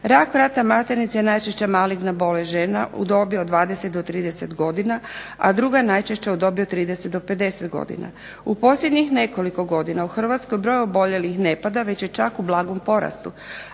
Rak vrata maternice je najčešća maligna bolest žena u dobi od 20 do 30 godina, a druga je najčešća u dobi od 30 do 50 godina. U posljednjih nekoliko godina u Hrvatskoj broj oboljelih ne pada već je čak u blagom porastu,